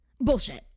bullshit